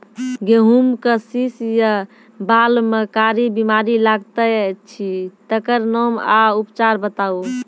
गेहूँमक शीश या बाल म कारी बीमारी लागतै अछि तकर नाम आ उपचार बताउ?